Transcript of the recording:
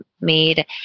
made